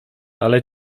ale